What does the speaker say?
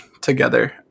together